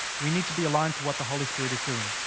we need to be aligned to what the holy spirit is doing.